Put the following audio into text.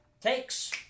takes